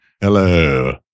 Hello